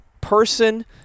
person